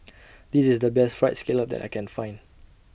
This IS The Best Fried Scallop that I Can Find